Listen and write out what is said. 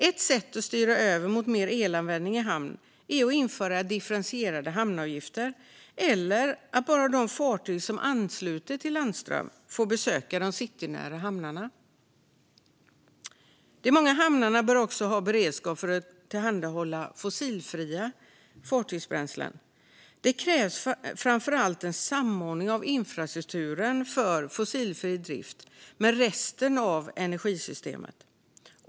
Ett sätt att styra över mot mer elanvändning i hamn är att införa differentierade hamnavgifter eller att bara låta de fartyg som ansluter till landström få besöka de citynära hamnarna. De svenska hamnarna bör också ha beredskap för att tillhandahålla fossilfria fartygsbränslen. Det krävs framför allt en samordning av infrastrukturen för fossilfri drift med resten av energisystemet.